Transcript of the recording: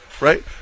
right